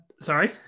Sorry